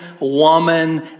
woman